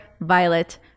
Violet